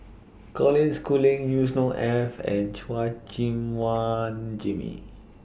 Colin Schooling Yusnor Ef and Chua Gim Guan Jimmy